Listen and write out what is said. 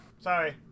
sorry